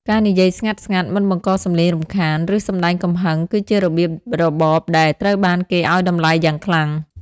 ការនិយាយស្ងាត់ៗ មិនបង្កសំឡេងរំខាន ឬសម្ដែងកំហឹង គឺជារបៀបរបបដែលត្រូវបានគេឱ្យតម្លៃយ៉ាងខ្លាំង។